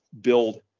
build